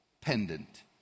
Pendant